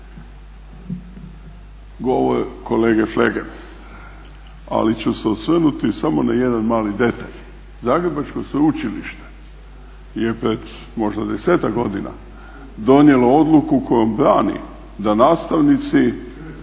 Zagrebačko Sveučilište je pred možda desetak godina donijelo odluku kojom brani da nastavnici